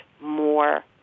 more